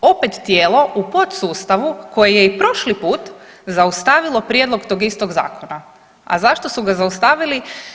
Opet tijelo u podsustavu koje je i prošli put zaustavilo prijedlog tog istog zakona, a zašto su ga zaustavili?